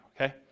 okay